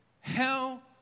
Hell